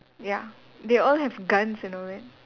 ya they all have guns and all that